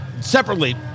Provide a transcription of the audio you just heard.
separately